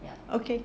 okay